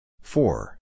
Four